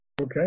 Okay